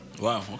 Wow